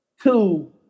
Two